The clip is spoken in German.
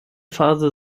phase